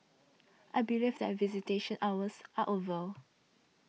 I believe that visitation hours are over